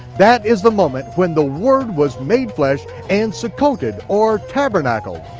that is the moment when the word was made flesh and succothed, or tabernacled,